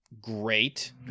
great